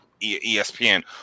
ESPN